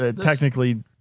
Technically